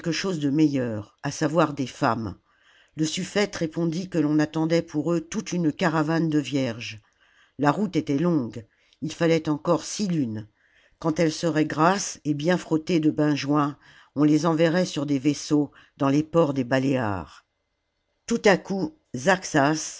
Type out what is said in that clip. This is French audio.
chose de meilleur à savoir des femmes le sufpète répondit que l'on attendait pour eux toute une caravane de vierges la route était longue il fallait encore six lunes quand elles seraient grasses et bien frottées de benjoin on les enverrait sur des vaisseaux dans les ports des baléares tout à coup